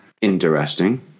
Interesting